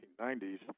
1990s